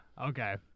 Okay